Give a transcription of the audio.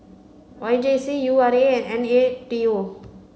Y J C U R A and N A T O